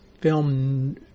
film